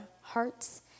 hearts